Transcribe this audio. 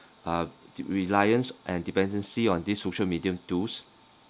uh reliance and dependency on these social media tools